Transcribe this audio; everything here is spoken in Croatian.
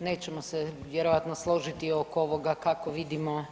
Nećemo se vjerojatno složiti oko ovoga kako vidimo